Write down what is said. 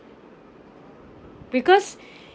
because